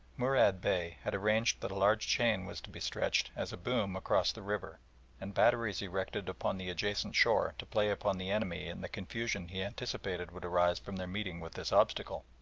murad bey had arranged that a large chain was to be stretched, as a boom, across the river and batteries erected upon the adjacent shore to play upon the enemy in the confusion he anticipated would arise from their meeting with this obstacle.